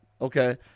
Okay